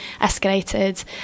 escalated